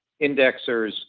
indexers